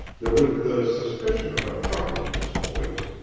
there was the suspicion of a chuckle in his voice,